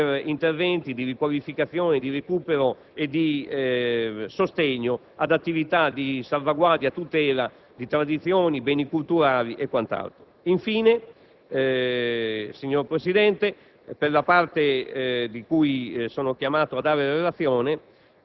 per interventi di riqualificazione, di recupero e di sostegno ad attività di salvaguardia e tutela di tradizioni, beni culturali e quant'altro. Avviandomi alla conclusione, signor Presidente, per la parte di cui sono chiamato a fare la relazione,